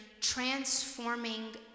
transforming